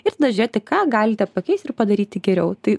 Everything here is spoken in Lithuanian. ir tada žėti ką galite pakeist ir padaryti geriau tai